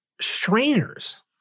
strainers